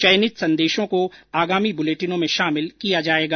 चयनित संदेशों को आगामी बुलेटिनों में शामिल किया जाएगा